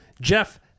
Jeff